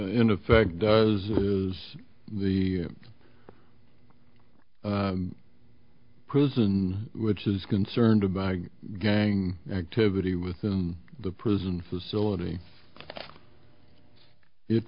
in effect does is the prison which is concerned about gang activity within the prison facility it